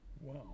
Wow